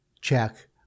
check